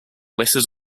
listed